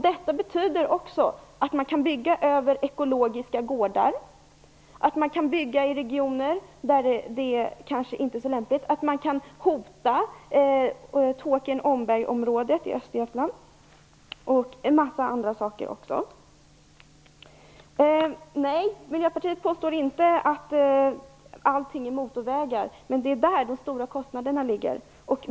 Detta betyder t.ex. att man kan bygga över ekologiska gårdar, att man kan bygga i regioner där det inte är så lämpligt och att man kan hota Tåkern-Ombergsområdet i Östergötland. Miljöpartiet påstår inte att allting är motorvägar, men det är där de stora kostnaderna ligger.